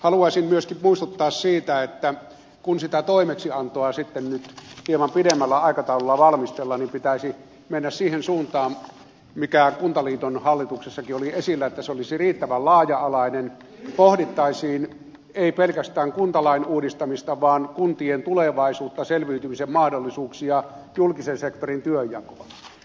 haluaisin myöskin muistuttaa siitä että kun sitä toimeksiantoa sitten nyt hieman pidemmällä aikataululla valmistellaan pitäisi mennä siihen suuntaan mikä kuntaliiton hallituksessakin oli esillä että se olisi riittävän laaja alainen pohdittaisiin ei pelkästään kuntalain uudistamista vaan kuntien tulevaisuutta selviytymisen mahdollisuuksia julkisen sektorin työnjakoa